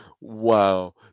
Wow